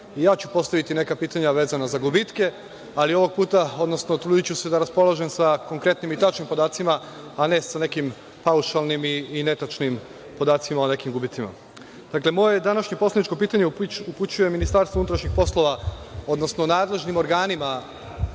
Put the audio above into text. i ja ću postaviti neka pitanja vezano za gubitke, ali ovog puta, odnosno trudiću se da raspolažem sa konkretnim i tačnim podacima, a ne sa nekim paušalnim i netačnim podacima o nekim gubicima. Moje današnje poslaničko pitanje upućuje MUP-u, odnosno nadležnim organima